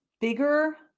bigger